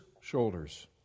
shoulders